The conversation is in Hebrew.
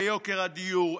ביוקר הדיור?